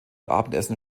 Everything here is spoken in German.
abendessen